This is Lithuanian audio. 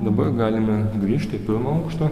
dabar galime grįžti į pirmą aukštą